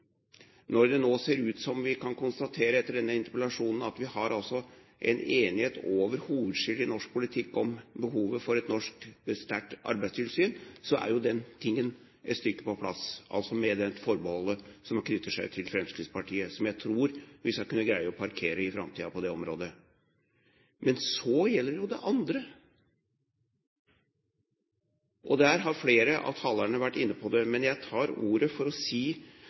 Når det nå ser ut som om vi etter denne interpellasjonen kan konstatere at det er en enighet over hovedskillet i norsk politikk om behovet for et sterkt norsk arbeidstilsyn, så er jo den tingen et stykke på plass – altså med det forbeholdet som knytter seg til Fremskrittspartiet, som jeg tror vi skal kunne greie å parkere i framtiden på det området. Så gjelder det jo dette andre – flere av talerne har vært inne på det – og jeg tar ordet for å si